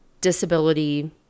disability